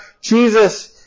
Jesus